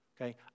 Okay